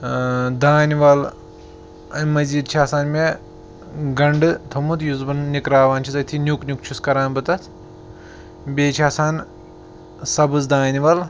اۭں دانہِ وَل اَمہِ مٔزیٖد چھِ آسان مےٚ گَنٛڈٕ تھوٚمُت یُس بہٕ نِکراوان چھُس أتھی نیُک نیُک چھُس کَران بہٕ تَتھ بیٚیہِ چھِ آسان سَبٕز دانہِ وَل